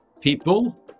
people